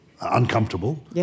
uncomfortable